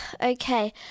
Okay